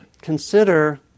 consider